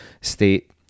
state